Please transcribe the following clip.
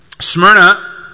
Smyrna